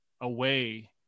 away